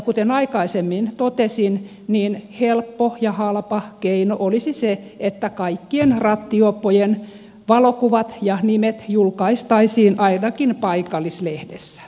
kuten aikaisemmin totesin niin helppo ja halpa keino olisi se että kaikkien rattijuoppojen valokuvat ja nimet julkaistaisiin ainakin paikallislehdessä